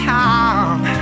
time